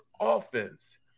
offense